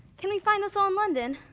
can we find this all in london?